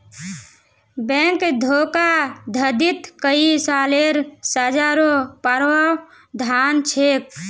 bank धोखाधडीत कई सालेर सज़ारो प्रावधान छेक